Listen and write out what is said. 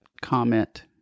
comment